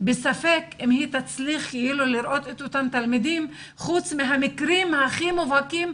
בספק אם היא תצליח לראות את אותם תלמידים חוץ מהמקרים הכי מובהקים,